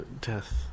death